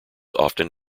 often